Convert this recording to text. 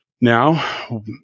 Now